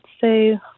say